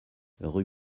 rue